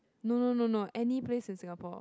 no no no no any place in Singapore